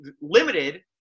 limited